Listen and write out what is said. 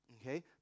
okay